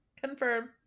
Confirm